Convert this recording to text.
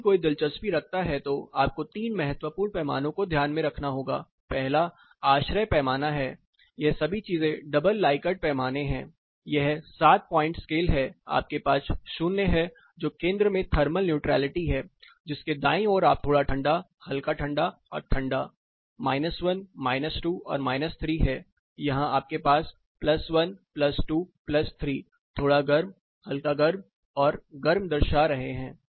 यदि कोई दिलचस्पी रखता है तो आपको 3 महत्वपूर्ण पैमानों को ध्यान में रखना होगा पहला ASHRAE पैमाना है ये सभी चीजें डबल लाइकर्ट पैमाने हैं यह 7 पॉइंट स्केल है आपके पास 0 है जो केंद्र में थर्मल न्यूट्रैलिटी है जिसके दाईं ओर आप थोड़ा ठंडा हल्का ठंडा और ठंडा माइनस 1 माइनस 2 और माइनस 3 है यहां आपके पास प्लस 1 प्लस 2 प्लस 3 थोड़ा गर्म हल्का गर्म और गर्म दर्शा रहे हैं